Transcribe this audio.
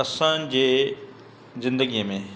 असांजे ज़िंदगीअ में